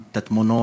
התמונות,